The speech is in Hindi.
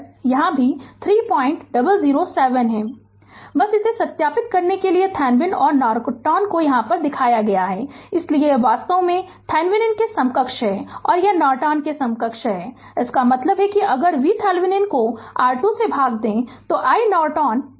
Refer Slide Time 3738 बस इसे सत्यापित करने के लिए थेवेनिन और नॉर्टन को यहाँ दिखाया गया है इसलिए यह वास्तव में थेवेनिन के समकक्ष है और यह नॉर्टन के समकक्ष है इसका मतलब है कि अगर VThevenin को R2 से भाग दें तो iNorton यानी 225 एम्पीयर मिलेगा